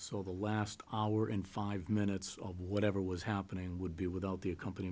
so the last hour and five minutes of whatever was happening would be without the accompan